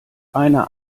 einer